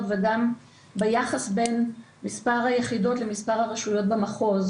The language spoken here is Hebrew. וגם ביחס בין מספר היחידות למספר הרשויות במחוז.